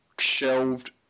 Shelved